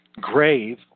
grave